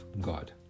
God